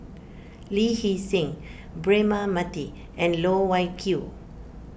Lee Hee Seng Braema Mathi and Loh Wai Kiew